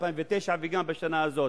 2009 וגם בשנה הזאת.